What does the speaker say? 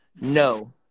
no